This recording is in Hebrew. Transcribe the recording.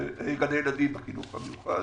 גני ילדים בחינוך המיוחד,